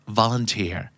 volunteer